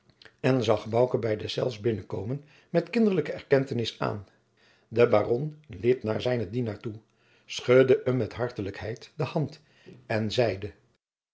en zag bouke bij desjacob van lennep de pleegzoon zelfs binnenkomen met kinderlijke erkentenis aan de baron liep naar zijnen dienaar toe schudde hem met hartelijkheid de hand en zeide